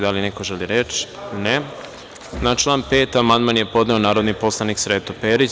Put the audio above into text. Da li neko želi reč? (Ne.) Na član 5. amandman je podneo narodni poslanik Sreto Perić.